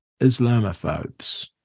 Islamophobes